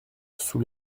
sous